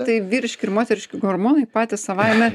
tai vyriški ir moteriški hormonai patys savaime